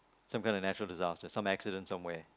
some kind of natural disasters some accidents somewhere